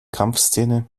kampfszene